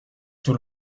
tout